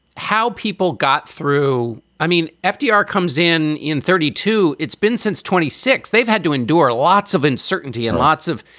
how people got through, i mean, fdr comes in in thirty two. it's been since twenty six, they've had to endure lots of uncertainty and lots of.